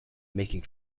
making